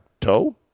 toe